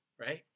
right